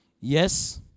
Yes